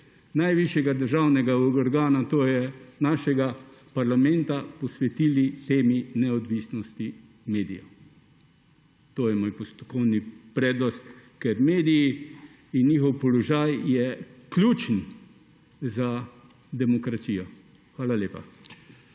najvišjega državnega organa, to je našega parlamenta, posvetili temi neodvisnosti medijev. To je moj postopkovni predlog, ker so mediji in njihov položaj ključni za demokracijo. Hvala lepa.